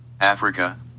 Africa